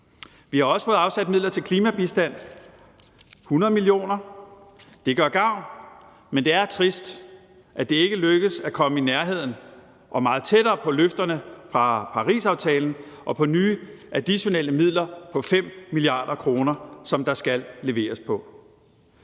Vi har også fået afsat midler til klimabistand, 100 mio. kr. Det gør gavn, men det er trist, at det ikke er lykkedes at komme i nærheden af og meget tættere på løfterne fra Parisaftalen og på nye additionelle midler på 5 mia. kr., som der skal leveres på.